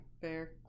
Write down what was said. fair